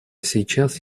сейчас